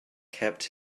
kept